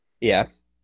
Yes